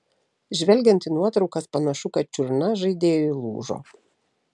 žvelgiant į nuotraukas panašu kad čiurna žaidėjui lūžo